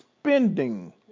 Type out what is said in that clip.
spending